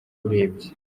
urebye